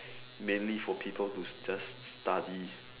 mainly for people to just study